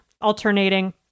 alternating